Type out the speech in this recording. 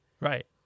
Right